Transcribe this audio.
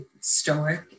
stoic